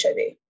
HIV